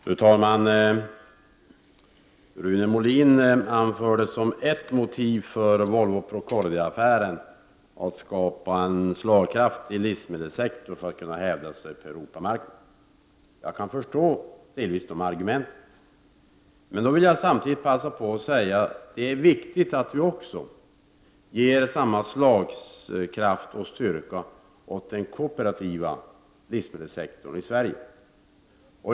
Fru talman! Rune Molin anförde att ett av motiven för Volvo—Procordiaaffären var att skapa en slagkraftig livsmedelssektor för att vi skall kunna hävda oss på Europamarknaden. Jag kan delvis förstå dessa argument. Men samtidigt vill jag säga att det är viktigt att vi även ger samma slagkraft och styrka åt den kooperativa livsmedelssektorn i Sverige.